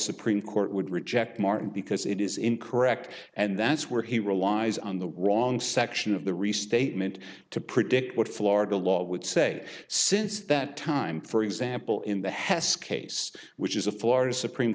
supreme court would reject martin because it is incorrect and that's where he relies on the wrong section of the restatement to predict what florida law would say since that time for example in the hess case which is a florida supreme